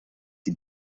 die